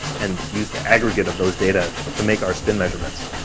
and use the aggregate of those data to make our spin measurements.